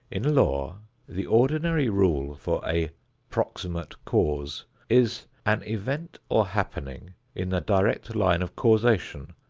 in law the ordinary rule for a proximate cause is an event or happening in the direct line of causation,